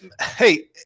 Hey